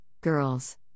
Girls